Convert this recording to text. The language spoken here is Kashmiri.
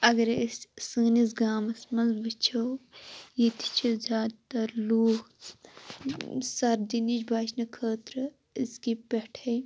اَگَر ہے أسۍ سٲنِس گامَس منٛز وٕچھو ییٚتہِ چھِ زیادٕ تَر لوٗکھ سَردی نِش بَچنہٕ خٲطرٕ أزۍکہِ پٮ۪ٹھَے